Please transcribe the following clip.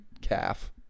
calf